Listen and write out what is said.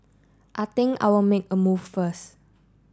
I think I will make a move first